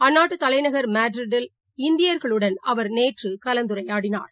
அந்நாட்டுதலைநகர் மெட்ரிட்டில் இந்தியர்களுடன் அவர் நேற்றுகலந்துரையாடினார்